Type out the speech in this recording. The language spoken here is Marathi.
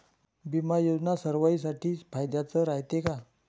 बिमा योजना सर्वाईसाठी फायद्याचं रायते का?